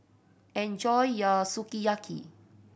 enjoy your Sukiyaki